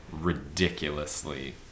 ridiculously